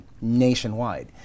nationwide